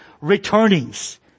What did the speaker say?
returnings